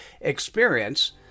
experience